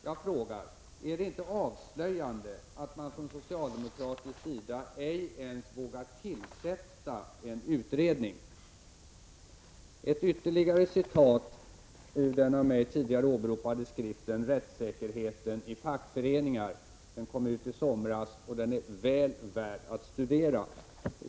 Jag frågar: Är det inte avslöjande att man från socialdemokratisk sida ej ens vågar tillsätta en utredning? Jag skall ta ytterligare ett citat ur den av mig tidigare åberopade skriften Rättssäkerheten i fackföreningar. Den kom ut i somras och är väl värd att studera.